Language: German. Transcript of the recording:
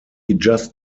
just